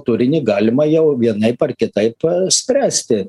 turinį galima jau vienaip ar kitaip spręsti